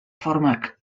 forma